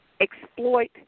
exploit